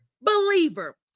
believer